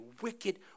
wicked